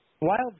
Wild